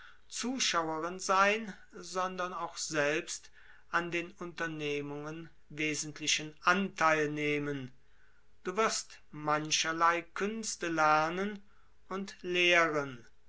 zuschauerin sein sondern auch selbst an den unternehmungen wesentlichen antheil nehmen du wirst künste lernen und lehren